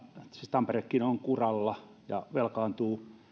tamperekin on kuralla ja velkaantuu